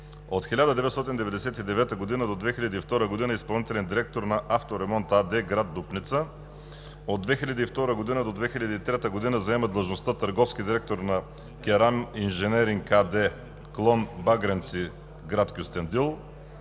От 1999 г. до 2002 г. е изпълнителен директор на „Авторемонт“ АД – град Дупница. От 2002 г. до 2003 г. заема длъжността търговски директор на „Кераминженеринг“ АД, клон „Багренци“ – град Кюстендил.